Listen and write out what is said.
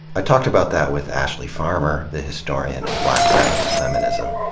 i talked about that with ashley farmer, the historian of black radical feminism.